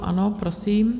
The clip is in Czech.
Ano, prosím.